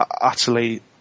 utterly